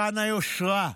היכן היושרה?